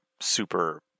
Super